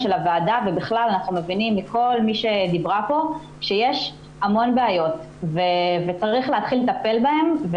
אנחנו מבינים מכל מי שדיברה פה שיש המון בעיות וצריך להתחיל לטפל בהן.